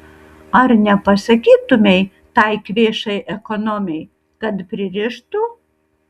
ar nepasakytumei tai kvėšai ekonomei kad pririštų